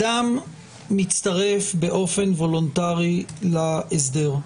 אדם מצטרף באופן וולונטרי להסדר.